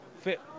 fit